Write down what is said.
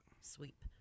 sweep